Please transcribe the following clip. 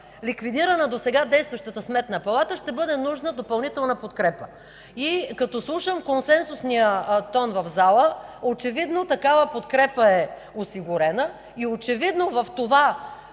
ликвидирана досега действащата Сметна палата, ще бъде нужна допълнителна подкрепа. Като слушам консенсусния тон в залата, очевидно такава подкрепа е осигурена и очевидно в това